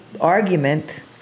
argument